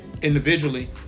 individually